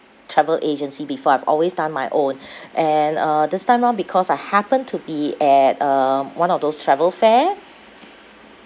travel agency before I've always done my own and uh this time round because I happened to be at um one of those travel fair